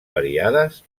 variades